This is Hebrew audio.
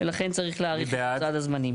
ולכן צריך להאריך את סד הזמנים.